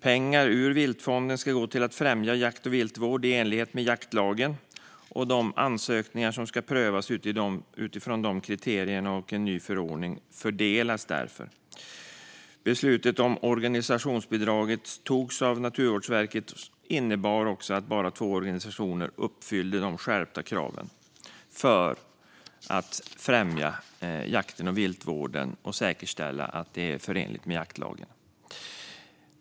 Pengar ur viltfonden ska gå till att främja jakt och viltvård i enlighet med jaktlagen, och de ansökningar som ska prövas utifrån dessa kriterier och en ny förordning fördelas därför. Beslutet om organisationsbidraget som togs av Naturvårdsverket innebar också att bara två organisationer uppfyllde de skärpta kraven gällande att främja jakt och viltvård och säkerställa att det är förenligt med jaktlagen.